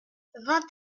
vingt